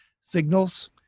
signals